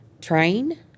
train